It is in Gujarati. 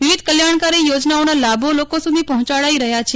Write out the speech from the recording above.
વિવિધ કલ્યાણકારી યોજનાઓના લાભો લોકો સુધી પહોંચાડાઇ રહ્યા છે